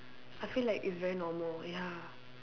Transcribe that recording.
I feel like it's very normal ya